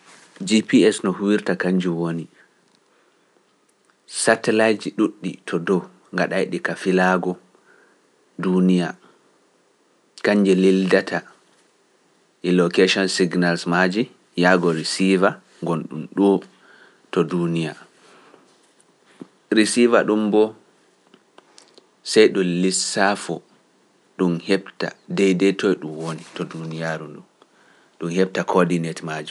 JPS no huwirta kañnjun woni satelaiji ɗuuɗɗi to dow ngaɗa ka filaago duuniya, kañje lildata e location signal maaji yaago resiiva ngon ɗum bo to leidi, sey ɗum lisaafo, ɗum heɓta deydey toy ɗi ngoni, to ɗun yaaru ndu, ɗum heɓta koodinet maako.